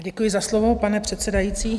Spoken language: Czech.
Děkuji za slovo, pane předsedající.